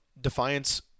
defiance